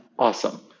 Awesome